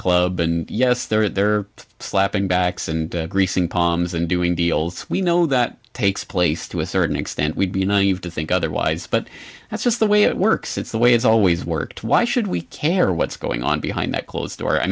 club and yes there slapping backs and greasing palms and doing deals we know that takes place to a certain extent we'd be naive to think otherwise but that's just the way it works it's the way it's always worked why should we care what's going on behind that closed door i